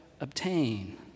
obtain